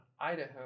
Idaho